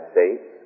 States